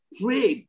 pray